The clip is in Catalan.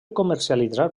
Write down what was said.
comercialitzar